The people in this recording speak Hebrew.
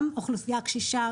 גם אוכלוסייה קשישה,